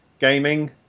gaming